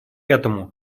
этому